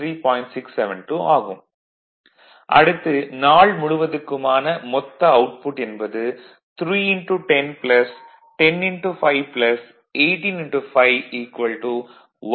ன அடுத்து நாள் முழுவதுக்குமான மொத்த அவுட்புட் என்பது 310 105 185 170 கிலோவாட் அவர் ஆகும்